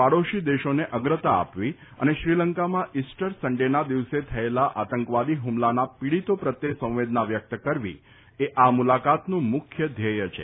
પાડોશી દેશોને અગ્રતા આપવી અને શ્રીલંકામાં ઇસ્ટર સન્ડેના દિવસે થયેલા આતંકવાદી હુમલાના પીડીતો પ્રત્યે સંવેદના વ્યકત કરવી એ આ મુલાકાતનું મુખ્ય ધ્યેય છે